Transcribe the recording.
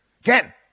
Again